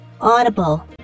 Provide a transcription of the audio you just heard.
Audible